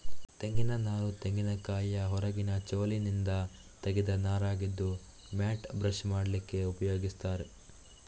ತೆಂಗಿನ ನಾರು ತೆಂಗಿನಕಾಯಿಯ ಹೊರಗಿನ ಚೋಲಿನಿಂದ ತೆಗೆದ ನಾರಾಗಿದ್ದು ಮ್ಯಾಟ್, ಬ್ರಷ್ ಮಾಡ್ಲಿಕ್ಕೆ ಉಪಯೋಗಿಸ್ತಾರೆ